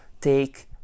take